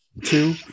two